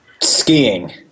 Skiing